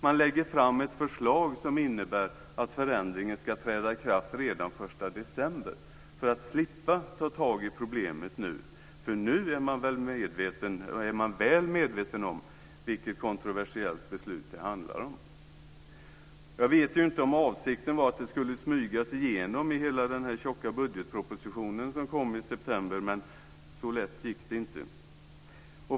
Man lägger fram ett förslag som innebär att förändringen ska träda i kraft redan den 1 december för att slippa ta tag i problemet, för nu är man väl medveten om vilket kontroversiellt beslut det handlar om. Jag vet inte om avsikten var att detta skulle smygas igenom i den tjocka budgetpropositionen som kom i september, men så lätt gick det inte.